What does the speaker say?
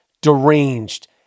deranged